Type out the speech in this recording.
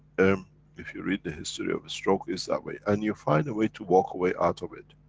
um if you read the history of a stroke is that way. and you find a way to walk away out of it.